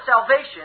salvation